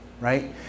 Right